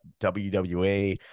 WWE